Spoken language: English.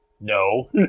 No